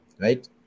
right